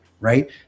right